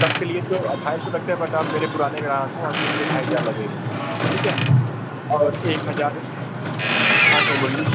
सबके लिए तो अट्ठाइस सौ रखते हैं बट आप मेरे पुराने ग्राहक हो आपके लिए ढाई हज़ार लगेगा ठीक है और एक हज़ार हाँ सर बोलिए